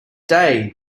day